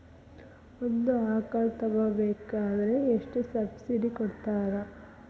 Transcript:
ಒಂದು ಆಕಳ ತಗೋಬೇಕಾದ್ರೆ ಎಷ್ಟು ಸಬ್ಸಿಡಿ ಕೊಡ್ತಾರ್?